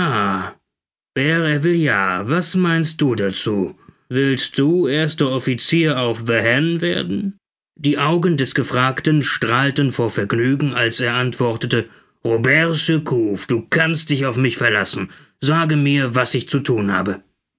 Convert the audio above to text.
was meinst du dazu willst du erster offizier auf the hen werden die augen des gefragten strahlten vor vergnügen als er antwortete robert surcouf du kannst dich auf mich verlassen sage mir was ich zu thun habe